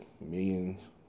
millions